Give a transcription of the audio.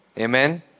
Amen